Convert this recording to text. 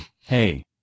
hey